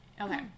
Okay